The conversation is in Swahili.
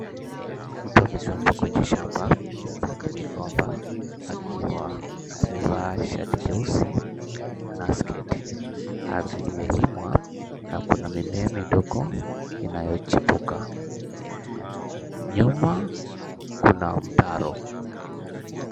Mtu amesimama kwenye shamba lenye migomba akiwa amevaa shati jeusi na sketi. Ardhi imelimwa na kuna mimea midogo inayochipuka. Nyuma kuna mtaro.